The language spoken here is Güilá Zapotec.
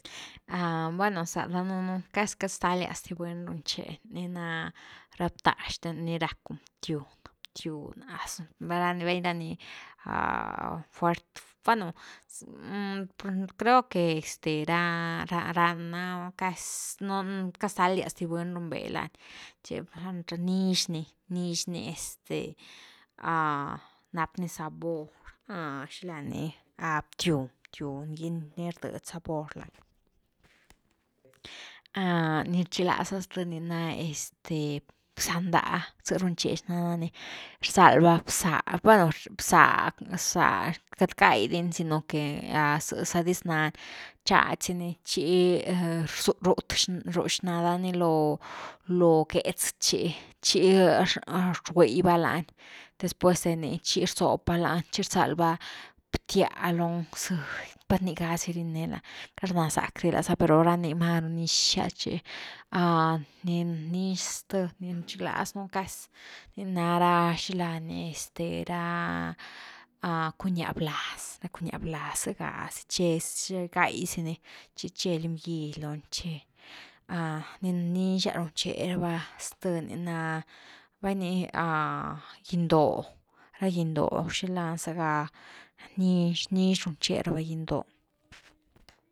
Ah, bueno za danuunu queity stalias di buny runche ni na ra btah xten nirack cun btywn-btywn asu vai ni fuert, bueno creo que este ra rana casi queity stalias di buny runbé lani chi nix ni-nix ni este nap ni sabor xila ni btywn-btywn ni rded sabor lani, ni rchiglaza sth ni na bza ndá, zë runchr xnsns ní rzal va bza, bueno, bza-bza queity gai dini, sino que zë sadis nany chad sini chi rut-rut xnana ni lo-lo gétz chi-chi rguiy va lani depues de ni chi rzob va lani chi rzal va btya loni, zëdy, pat ni gazi rine lani queity rurna zack di laza, per ra ni maru nixas chi ni nix sth ni rchiglaz nú casi ni nara shilani este ra cuñah blaz-ra cuñah blaz ziga zi che, gai zi ni chi che li gy loni che, ni nixas trunche raba sth ni na bai ní giñ dóh, ra giñ doh xila ni zega nix-nix runche rava giñ doh.